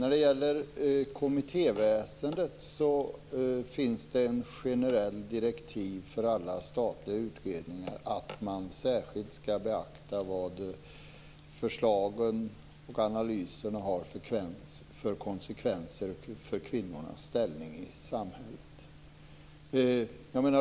När det gäller kommittéväsendet finns det ett generellt direktiv för alla statliga utredningar att man särskilt skall beakta vad förslagen och analyserna har för konsekvenser för kvinnornas ställning i samhället.